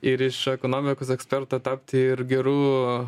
ir iš ekonomikos eksperto tapti ir geru